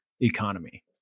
economy